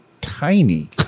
tiny